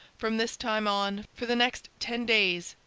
from this time on, for the next ten days,